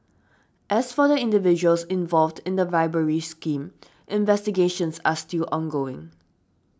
as for the individuals involved in the bribery scheme investigations are still ongoing